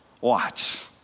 watch